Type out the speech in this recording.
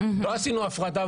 לא עשינו הפרדה.